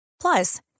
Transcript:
Plus